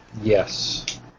Yes